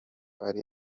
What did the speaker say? ari